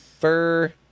Fur